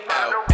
out